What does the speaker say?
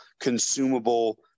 consumable